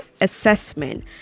assessment